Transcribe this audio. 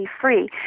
free